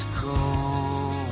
go